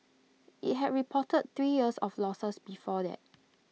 IT had reported three years of losses before that